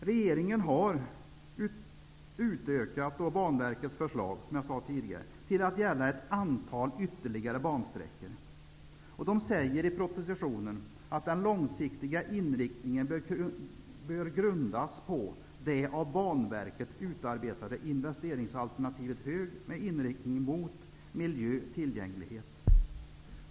Regeringen har utökat Banverkets förslag till att gälla ett antal ytterligare bansträckor. Regeringen säger i propositionen att den långsiktiga inriktningen bör grundas på det av Banverket utarbetade investeringsalternativet ''Hög'' med inriktning mot ''Miljö/Tillgänglighet''.